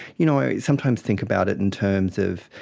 you know, i sometimes think about it in terms of,